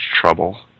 trouble